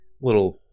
little